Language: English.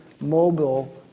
mobile